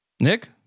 Nick